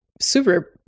super-